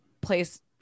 place